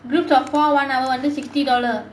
groups of four one hour under sixty dollar